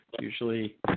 usually